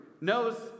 knows